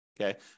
okay